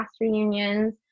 reunions